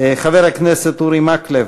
חבר הכנסת אורי מקלב,